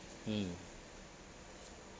mm